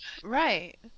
Right